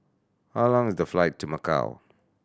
how long is the flight to Macau